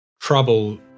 trouble